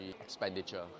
expenditure